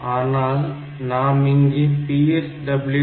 ஆனால் நாம் இங்கே PSW